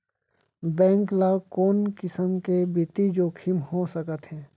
Bank ल कोन किसम के बित्तीय जोखिम हो सकत हे?